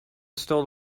stole